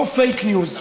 לא פייק ניוז.